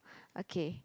okay